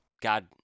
God